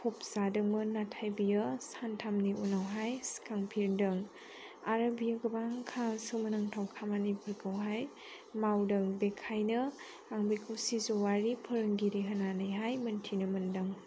फबजादोंमोन नाथाय बियो सानथामनि उनावहाय सिखारफिन्दों आरो बियो गोबांथार सोमोनांथाव खामानिफोरखौहाय मावदों बेखायनो आं बेखौ सिजौआरि फोरोंगिरि होननानैहाय मोन्थिनो मोन्दों